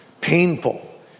Painful